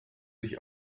sich